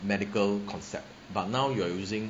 medical concept but now you're using